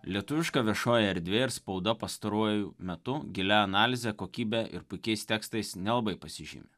lietuviška viešoji erdvė ir spauda pastaruoju metu gilia analize kokybe ir puikiais tekstais nelabai pasižymi